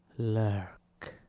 lurk.